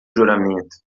juramento